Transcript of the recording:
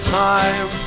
time